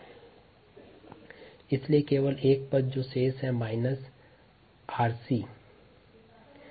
rg0 और इसलिए केवल एक शब्दावली शेष है द्रव्यमान के आधार पर कोशिका की रेट ऑफ़ कंसम्पशन − 𝑟𝑐 है